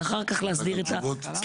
ואחר כך להסדיר את הסטטוטוריקה.